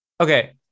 okay